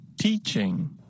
Teaching